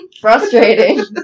frustrating